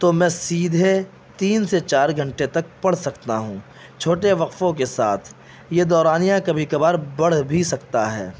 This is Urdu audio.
تو میں سیدھے تین سے چار گھنٹے تک پڑھ سکتا ہوں چھوٹے وقفوں کے ساتھ یہ دورانیہ کبھی کبھار بڑھ بھی سکتا ہے